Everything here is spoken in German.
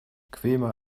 bequemer